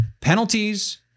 Penalties